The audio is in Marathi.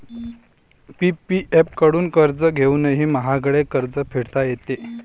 पी.पी.एफ कडून कर्ज घेऊनही महागडे कर्ज फेडता येते